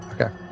Okay